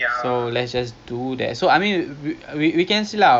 and I am like !wow! not bad not bad not bad interesting